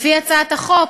לפי הצעת החוק,